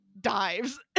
dives